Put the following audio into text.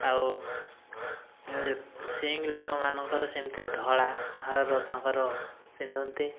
ଆଉ ସିଂ ଲୋକମାନଙ୍କର ସେମିତି ଧଳା ହାର ତାଙ୍କର ପିନ୍ଧନ୍ତି